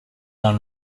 dans